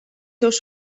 seus